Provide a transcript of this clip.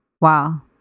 Wow